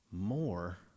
more